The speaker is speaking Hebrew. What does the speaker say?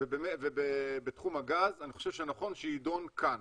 ובתחום הגז נכון שיידון כאן.